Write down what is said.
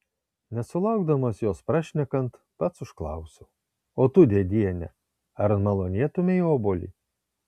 nesulaukdamas jos prašnekant pats užklausiau o tu dėdiene ar malonėtumei obuolį